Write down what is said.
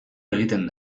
egiten